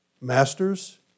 Masters